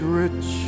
rich